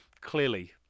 Clearly